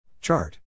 Chart